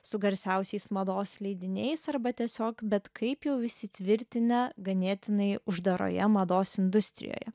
su garsiausiais mados leidiniais arba tiesiog bet kaip jau įsitvirtinę ganėtinai uždaroje mados industrijoje